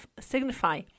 signify